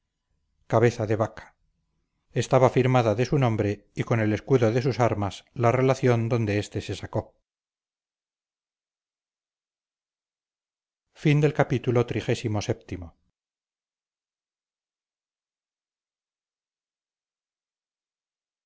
cabeza de vaca estaba firmada de su nombre y con el escudo de sus armas la relación donde éste se sacó